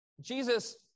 Jesus